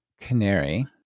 Canary